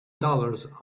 dollars